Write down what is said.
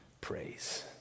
praise